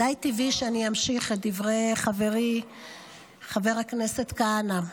די טבעי שאני אמשיך את דברי חברי חבר הכנסת כהנא.